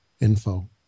info